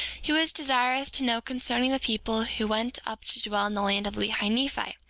he was desirous to know concerning the people who went up to dwell in the land of lehi-nephi,